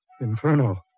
Inferno